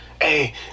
Hey